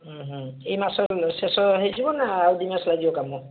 ହୁଁ ହୁଁ ଏହି ମାସରେ ଶେଷ ହେଇଯିବ ନା ଆଉ ଦୁଇମାସ ଲାଗିବ କାମ